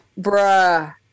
bruh